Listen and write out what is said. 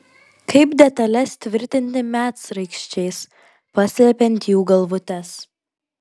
kaip detales tvirtinti medsraigčiais paslepiant jų galvutes